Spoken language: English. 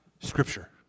Scripture